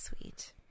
sweet